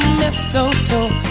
mistletoe